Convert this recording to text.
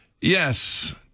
Yes